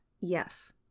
Yes